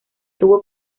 tuvo